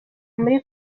muri